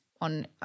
on